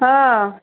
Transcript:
हां